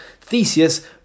Theseus